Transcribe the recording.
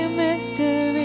mystery